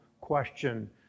question